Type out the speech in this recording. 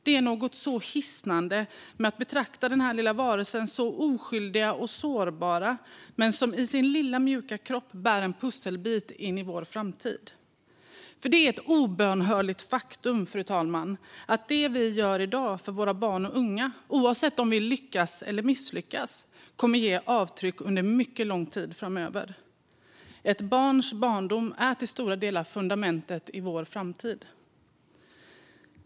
Det är något så hisnande med att betrakta den här lilla varelsen, som är så oskyldig och sårbar men som i sin lilla, mjuka kropp bär en pusselbit in i vår framtid. Det är ett obönhörligt faktum, fru talman, att det vi gör i dag för våra barn och unga, oavsett om vi lyckas eller misslyckas, kommer att ge avtryck under mycket lång tid framöver. Ett barns barndom är till stora delar fundamentet för vår framtid.